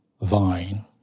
vine